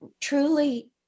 truly